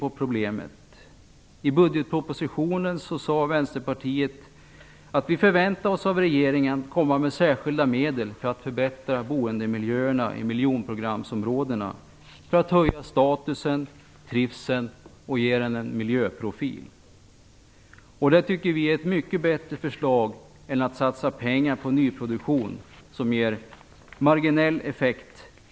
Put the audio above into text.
I samband med budgetpropositionen sade Vänsterpartiet att vi förväntar oss att regeringen avsätter särskilda medel för att förbättra boendemiljön i miljonprogramsområdena, för att höja statusen, öka trivseln och ge områdena en miljöprofil. Det tycker vi är ett mycket bättre förslag än att satsa pengar på nyproduktion, som ger marginell effekt.